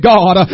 God